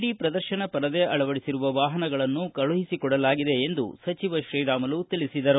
D ಪ್ರದರ್ಶನ ಪರದೆ ಅಳವಡಿಸಿರುವ ವಾಹನಗಳನ್ನು ಕಳುಹಿಸಕೊಡಲಾಗಿದೆ ಎಂದು ಶ್ರೀರಾಮುಲು ತಿಳಿಸಿದರು